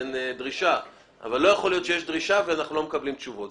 אין דרישה אבל לא יכול להיות שיש דרישה ואנחנו לא מקבלים תשובה.